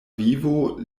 vivo